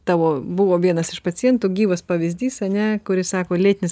tavo buvo vienas iš pacientų gyvas pavyzdys ane kuris sako lėtinis